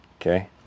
okay